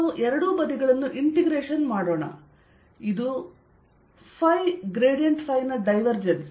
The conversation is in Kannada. ನಾವು ಎರಡೂ ಬದಿಗಳನ್ನು ಇಂಟೆಗ್ರೇಶನ್ ಮಾಡೋಣ ಇದು ನ ಡೈವೆರ್ಜೆನ್ಸ್